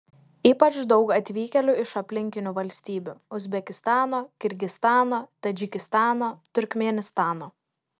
ypač daug atvykėlių iš aplinkinių valstybių uzbekistano kirgizstano tadžikistano turkmėnistano